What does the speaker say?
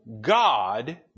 God